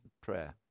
Prayer